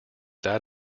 that